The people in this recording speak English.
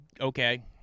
Okay